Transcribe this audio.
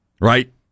right